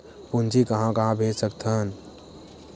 पूंजी कहां कहा भेज सकथन?